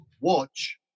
watch